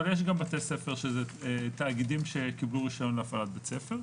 אבל יש גם בתי ספר שהם תאגידים שקיבלו רישיון להפעלת בית ספר.